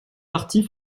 partis